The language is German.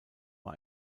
war